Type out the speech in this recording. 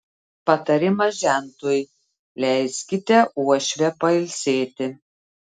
patarimas žentui leiskite uošvę pailsėti